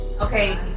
Okay